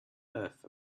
earth